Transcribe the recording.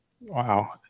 Wow